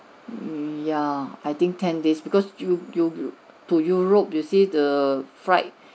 mm yeah I think ten days because you you to europe you see the flight